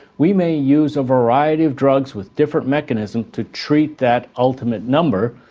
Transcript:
we may use a variety of drugs with different mechanisms to treat that ultimate number,